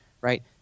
right